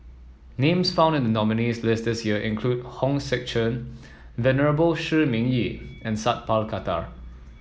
names found in the nominees' list this year include Hong Sek Chern Venerable Shi Ming Yi and Sat Pal Khattar